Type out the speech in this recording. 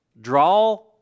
Draw